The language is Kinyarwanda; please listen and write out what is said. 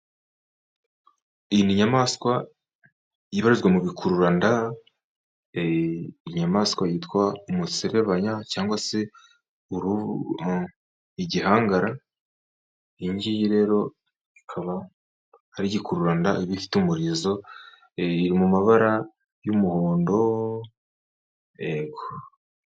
Iyi ni inyamaswa ibarizwa mu bikururanda inyamaswa yitwa umuserebanya cyangwa se igihangara iyi njiyi rero ikaba ari igikururanda iba ifite umurizo mu mabara y'umuhondo ego.